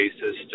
basis